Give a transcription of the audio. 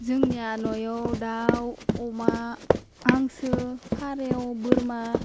जोंनिया न'याव दाउ अमा हांसो फारेव बोरमा